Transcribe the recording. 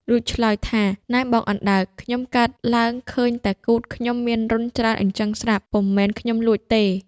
រួចឆ្លើយថា៖ "នែបងអណ្ដើក! ខ្ញុំកើតឡើងឃើញតែគូទខ្ញុំមានរន្ធច្រើនអីចឹងស្រាប់ ពុំមែនខ្ញុំលួចទេ!"។